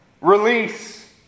release